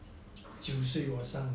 九岁我上